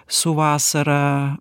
su vasara